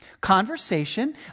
conversation